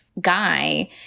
guy